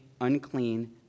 unclean